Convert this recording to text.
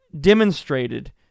demonstrated